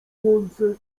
łące